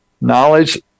Knowledge